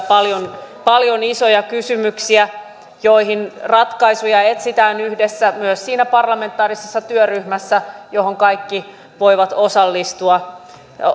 paljon paljon isoja kysymyksiä joihin ratkaisuja etsitään yhdessä myös siinä parlamentaarisessa työryhmässä johon kaikki voivat osallistua